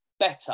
better